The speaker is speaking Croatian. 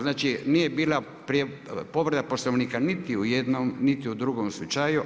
Znači nije bila povreda poslovnika, niti u jednom niti u drugom slučaju.